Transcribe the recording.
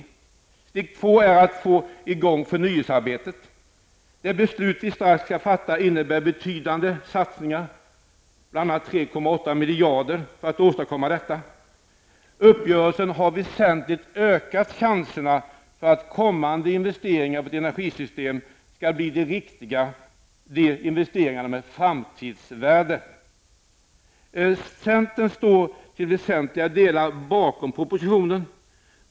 Steg två är att få i gång förnyelsearbetet. Det beslut som vi snart skall fatta innebär betydande satsningar, bl.a. 3,8 miljarder kronor för att åstadkomma det här. Uppgörelsen har väsentligt ökat chanserna för att kommande investeringar i vårt energisystem skall bli riktiga och ha ett framtidsvärde. Centern står till väsentliga delar bakom propositionen.